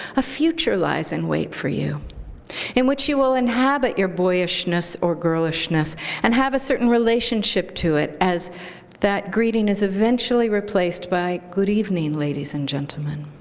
a future lies in wait for you in which you will inhabit your boyishness or girlishness and have a certain relationship to it, as that greeting is eventually replaced by, good evening, ladies and gentlemen.